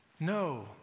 No